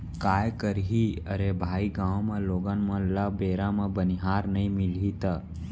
काय करही अरे भाई गॉंव म लोगन मन ल बेरा म बनिहार नइ मिलही त